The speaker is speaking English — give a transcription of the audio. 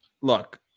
look